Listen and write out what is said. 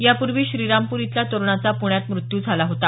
या पूर्वी श्रीरामपूर इथल्या तरुणाचा पुण्यात मृत्यू झाला होता